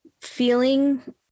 feeling